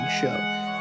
Show